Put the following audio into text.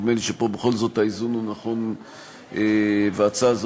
נדמה לי שפה בכל זאת האיזון הוא נכון וההצעה הזו